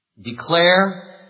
declare